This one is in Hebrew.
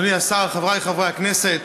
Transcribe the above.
אדוני השר, חבריי חברי הכנסת,